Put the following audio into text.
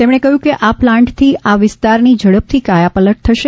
તેમણે કહ્યું કે આ પ્લાન્ટથી આ વિસ્તારની ઝડપથી કાયાપલટ થશે